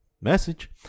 Message